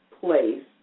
place